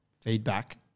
feedback